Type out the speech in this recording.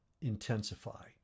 intensify